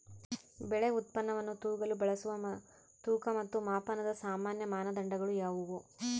ಬೆಳೆ ಉತ್ಪನ್ನವನ್ನು ತೂಗಲು ಬಳಸುವ ತೂಕ ಮತ್ತು ಮಾಪನದ ಸಾಮಾನ್ಯ ಮಾನದಂಡಗಳು ಯಾವುವು?